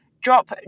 Drop